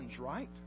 right